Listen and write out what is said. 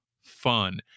fun